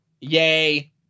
Yay